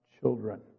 children